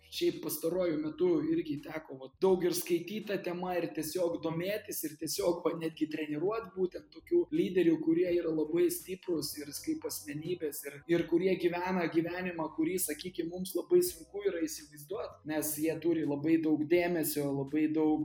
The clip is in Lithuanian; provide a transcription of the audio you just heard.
šiaip pastaruoju metu irgi teko va daug ir skaityt ta tema ir tiesiog domėtis ir tiesiog va netgi treniruot būtent tokių lyderių kurie yra labai stiprūs ir s kaip asmenybės ir ir kurie gyvena gyvenimą kurį sakykim mums labai sunku yra įsivaizduot nes jie turi labai daug dėmesio labai daug